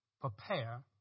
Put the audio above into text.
prepare